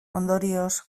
ondorioz